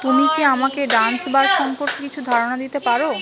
তুমি কি আমাকে ডান্স বার সম্পর্কে কিছু ধারণা দিতে পারো